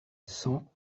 cent